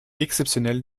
exceptionnel